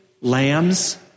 lambs